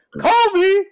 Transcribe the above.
Kobe